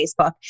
Facebook